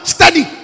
Study